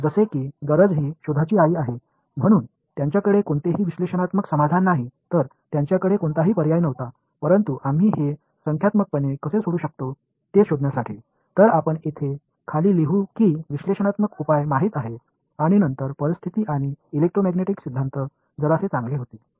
தேவை என்பது கண்டுபிடிப்பின் தாய் என்று பழைய பழமொழியைப் போன்று அவர்களுக்கு பகுப்பாய்வு தீர்வு இல்லை என்பதால் அவர்களுக்கு வேறு வழி இல்லாததால் இதை நாம் எவ்வாறு நியூமெரிக்கலி தீர்க்கலாம் என்பதைக் கண்டுபிடித்தனர் எனவே இங்கே பகுப்பாய்வு தீர்வுகளை நாங்கள் அறிவோம் பின்னர் நிலைமை மற்றும் எலெக்ட்ரோமேக்னெட்டிக்ஸ் கோட்பாடு கொஞ்சம் சிறப்பாக அறிவோம் என்று சொல்லலாம்